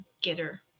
getter